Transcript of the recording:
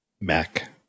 Mac